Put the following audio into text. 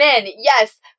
yes